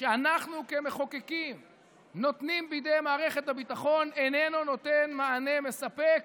שאנחנו כמחוקקים נותנים בידי מערכת הביטחון איננו נותן מענה מספק,